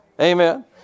Amen